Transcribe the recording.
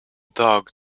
dog